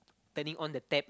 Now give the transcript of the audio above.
turning on the tap